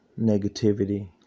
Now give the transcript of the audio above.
negativity